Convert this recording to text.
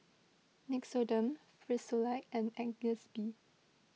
Nixoderm Frisolac and Agnes B